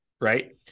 right